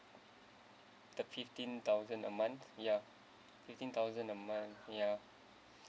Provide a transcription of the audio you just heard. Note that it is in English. the fifteen thousand a month ya fifteen thousand a month ya